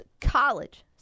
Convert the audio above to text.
college